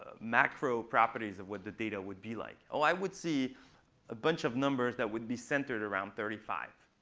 macro properties of what the data would be like. oh, i would see a bunch of numbers that would be centered around thirty five,